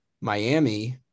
Miami